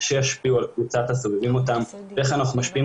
שישפיעו על קבוצת הסובבים אותם ואיך אנחנו משפיעים